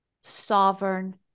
sovereign